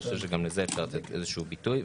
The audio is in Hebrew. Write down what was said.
ואני חושב שגם לזה אפשר לתת איזשהו ביטוי.